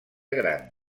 gran